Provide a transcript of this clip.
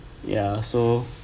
ya so